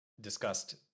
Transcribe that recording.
discussed